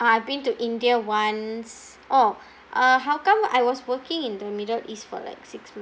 uh I been to india once oh uh how come I was working in the middle east for like six months